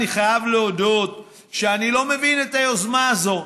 אני חייב להודות שאני לא מבין את היוזמה הזאת.